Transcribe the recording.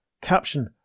caption